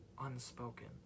unspoken